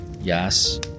Yes